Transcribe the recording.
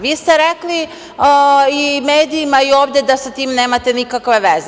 Vi ste rekli i medijima i ovde da sa time nemate nikakve veze.